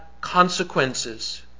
consequences